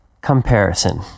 Comparison